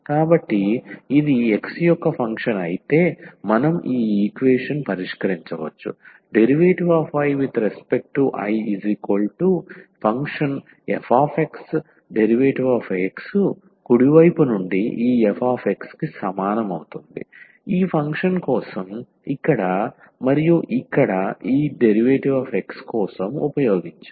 కాబట్టి ఇది x యొక్క ఫంక్షన్ అయితే మనం ఈ ఈక్వేషన్ పరిష్కరించవచ్చు dIIfxdx కుడి వైపు నుండి ఈ fx కు సమానం ఈ ఫంక్షన్ కోసం ఇక్కడ మరియు ఈ dx కోసం ఉపయోగించాము